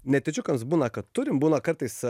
netyčiukams būna kad turim būna kartais